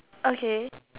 okay